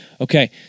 okay